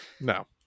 no